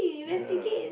ya